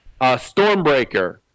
Stormbreaker